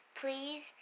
Please